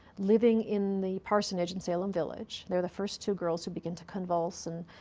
living in the parsonage in salem village. they're the first two girls who begin to convulse. and,